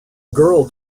girl